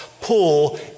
pull